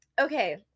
Okay